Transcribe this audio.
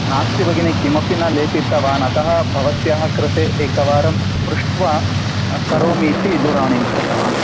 नास्ति भगिनी किमपि न लेपितवान् अतः भवत्याः कृते एकवारं पृष्ट्वा करोमि इति दूरवाणीं कृतवान्